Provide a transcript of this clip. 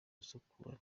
isukari